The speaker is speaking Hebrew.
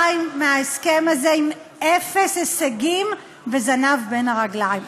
מההסכם הזה עם אפס הישגים וזנב בין הרגליים.